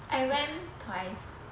I went twice